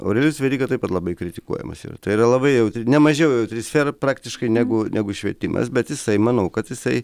aurelijus veryga taip pat labai kritikuojamas yra tai yra labai jautri ne mažiau jautri sfera praktiškai negu negu švietimas bet jisai manau kad jisai